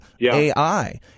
AI